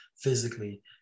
physically